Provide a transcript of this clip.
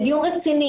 בדיון רציני.